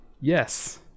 Yes